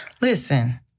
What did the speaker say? Listen